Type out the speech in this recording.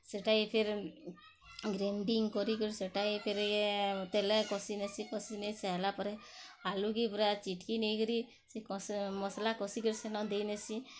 ସେଟାକେ ଫେର୍ ଗ୍ରେଣ୍ଡିଂ କରିକରି ସେଟାକେ ଫେର୍ ଘାଏ ତେଲେ କସି ନେସି କସି ନେଇ ସାଏଲା ପରେ ଆଲୁକେ ପୂରା ଚିଟ୍କି ନେଇକରି ସେ ମସଲା କଷିକରି ସେନ ଦେଇନେସି